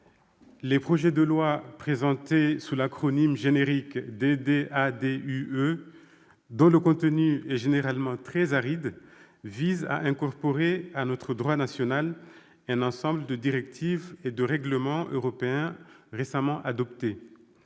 les projets de loi, présentés sous l'acronyme générique DDADUE, dont le contenu est généralement très aride, visent à incorporer à notre droit national un ensemble de directives et de règlements européens récemment adoptés.